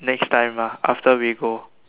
next time ah after we go